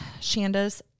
Shanda's